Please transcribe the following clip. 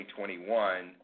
2021